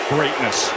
Greatness